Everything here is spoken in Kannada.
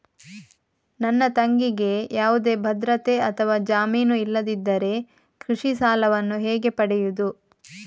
ನನ್ನ ತಂಗಿಗೆ ಯಾವುದೇ ಭದ್ರತೆ ಅಥವಾ ಜಾಮೀನು ಇಲ್ಲದಿದ್ದರೆ ಕೃಷಿ ಸಾಲವನ್ನು ಹೇಗೆ ಪಡೆಯುದು?